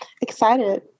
excited